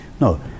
No